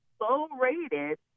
low-rated